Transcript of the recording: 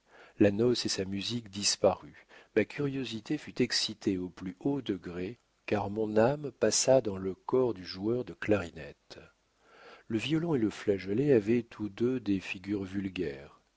la noce et sa musique disparut ma curiosité fut excitée au plus haut degré car mon âme passa dans le corps du joueur de clarinette le violon et le flageolet avaient tous deux des figures vulgaires